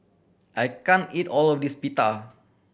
I can't eat all of this Pita